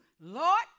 Lord